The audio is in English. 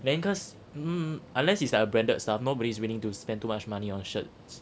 then cause um unless it's like a branded stuff nobody is willing to spend too much money on shirts